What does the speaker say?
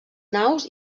naus